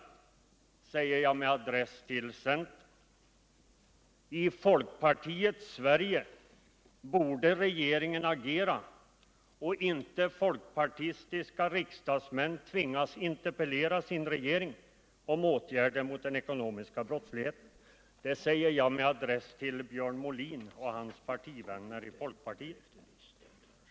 Det säger jag med adress till centern. I folkpartiets Sverige borde regeringen agera. Folkpartistiska riksdagsmän borde inte tvingas att interpellera sin regering om åtgärder mot den ekonomiska brottsligheten! Det säger jag med adress till Björn Molin och hans partivänner i folkpartiet.